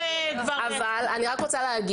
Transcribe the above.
אני רוצה לומר